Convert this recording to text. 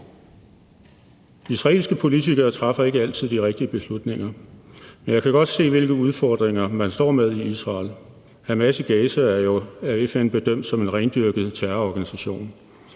Israelske politikere træffer ikke altid de rigtige beslutninger, men jeg kan godt se, hvilke udfordringer man står med i Israel. Hamas i Gaza er jo af FN bedømt som en rendyrket terrororganisation,